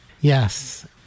Yes